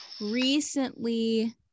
recently